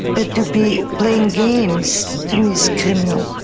but to be playing games to me is criminal,